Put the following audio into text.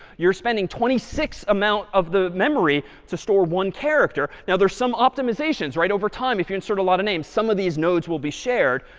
you're spending twenty six amount of the memory to store one character. now there's some optimizations. over time, if you insert a lot of names, some of these nodes will be shared.